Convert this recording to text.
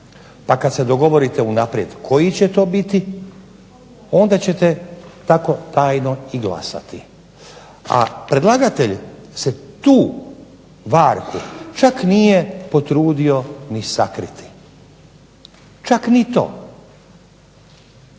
Pa kad se dogovorite unaprijed koji će to biti onda ćete tako tajno i glasati. A predlagatelj se tu varku čak nije potrudio ni sakriti. Čak ni to.